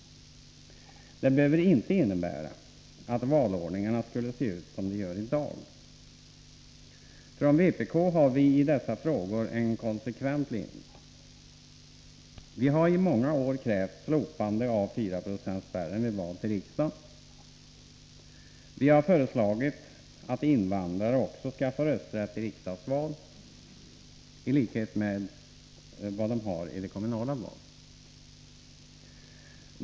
Det behöver inte innebära att valordningarna skall se ut som i dag. Från vpk har vi i dessa frågor en konsekvent linje. Vi har i många år krävt slopande av 4 o-spärren vid val till riksdagen. Vi har föreslagit att invandrare också skall få rösträtt i riksdagsval i likhet med vad de har i de kommunala valen.